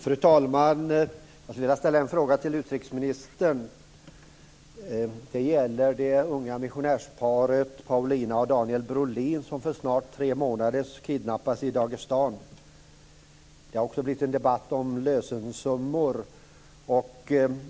Fru talman! Jag skulle vilja ställa en fråga till utrikesministern. Det gäller det unga missionärsparet Paulina och Daniel Brolin som för snart tre månader sedan kidnappades i Dagestan. Det har också blivit en debatt om lösensummor.